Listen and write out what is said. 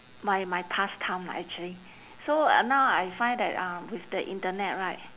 my my pastime lah actually so now I find that uh with the internet right